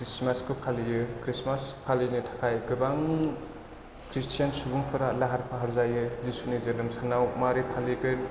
खृसमासखौ फालियो खृसमास फालिनो थाखाय गोबां खृस्टियान सुबुंफोरा लाहार फाहार जायो जिसुनि जोनोम सानाव मारै फालिगोन